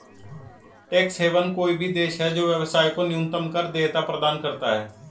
tax haven कोई भी देश है जो व्यवसाय को न्यूनतम कर देयता प्रदान करता है